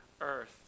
earth